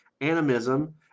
animism